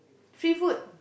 free food